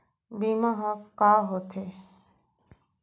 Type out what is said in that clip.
बीमा ह का होथे?